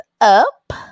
up